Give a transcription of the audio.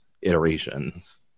iterations